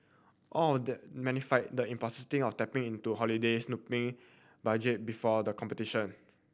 all of that magnify the of tapping into holiday snooping budget before the competition